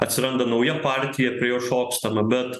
atsiranda nauja partija prie jos šokstama bet